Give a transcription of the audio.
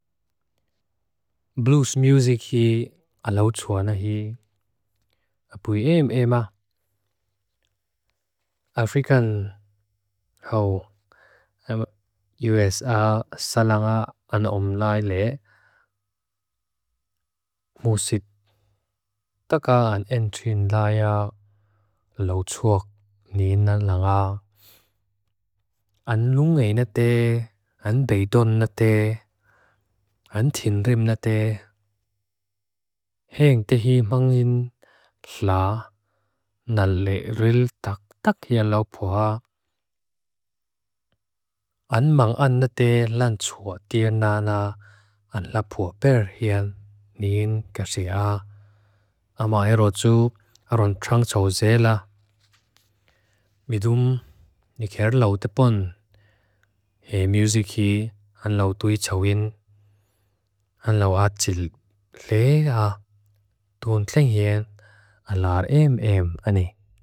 Blues music hi, alawchua nahi. Pueem ema, African. Haw, USA sa langa an omlaile. Musit. Taga an entuin laya, alawchua nina langa. An lungay na te, an beidon na te, an tinrim na te. Heeng tehimangin pla, nal le'eril tak tak hian laupua. An mangana te lanchua tia nana. An lapua per hian, niin kasia. Ama erotsu, aron trang tsawze la. Midum, nikhear lau tepon. He music hi, alawtui tsawin. Heeng, an lau atil laya. Tun tling hian, an lar em em ani.